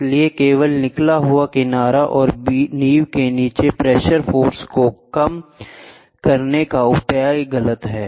इसलिए केवल निकला हुआ किनारा और नींव के बीच प्रेशर फोर्स को कम करने का उपाय गलत है